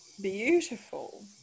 beautiful